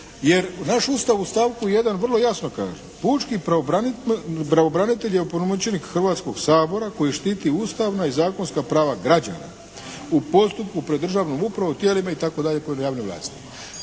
Jer naš Ustav u stavku 1. vrlo jasno kaže: Pučki pravobranitelj je opunomoćenik Hrvatskoga sabora koji štiti ustavna i zakonska prava građana u postupku pred državnom upravom, tijelima itd. koje na javnoj vlasti.